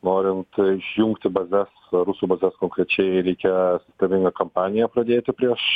norint išjungti bazes rusų bazes konkrečiai reikia sistemingą kampaniją pradėti prieš